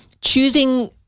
choosing